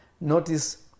Notice